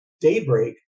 daybreak